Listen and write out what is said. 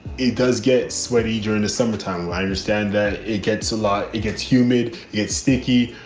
it does get sweaty during the summertime. when i understand that it gets a lot. it gets humid, it's sticky,